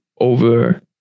over